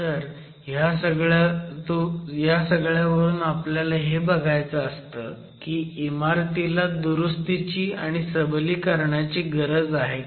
तर ह्या सगळ्यावरून आपल्याला हे बघायचं असतं की इमारतीला दुरुस्तीची आणि सबलीकरणाची गरज आहे का